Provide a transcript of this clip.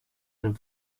and